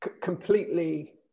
completely